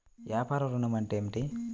వ్యాపార ఋణం అంటే ఏమిటి?